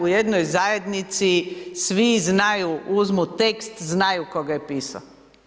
U jednoj zajednici svi znaju, uzmu tekst znaju tko ga je pisao.